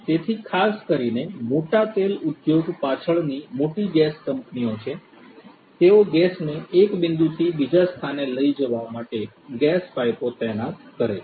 તેથી ખાસ કરીને મોટા તેલ ઉદ્યોગ પાછળની મોટી ગેસ કંપનીઓ છે તેઓ ગેસને એક બિંદુથી બીજા સ્થાને લઈ જવા માટે ગેસ પાઈપો તૈનાત કરે છે